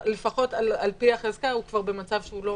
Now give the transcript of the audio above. לפחות על פי החזקה הוא כבר במצב שהוא לא